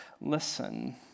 listen